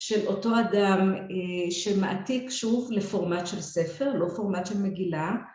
של אותו אדם שמעתיק שוב לפורמט של ספר, לא פורמט של מגילה.